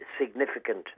significant